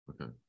Okay